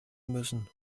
müssen